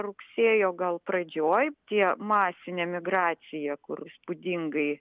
rugsėjo gal pradžioj tie masinė migracija kur įspūdingai